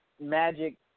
Magic